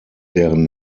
deren